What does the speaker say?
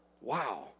Wow